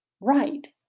Right